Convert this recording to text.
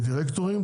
הדירקטורים,